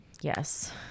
Yes